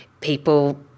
people